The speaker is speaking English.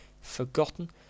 forgotten